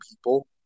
people